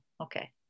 Okay